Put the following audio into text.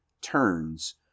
turns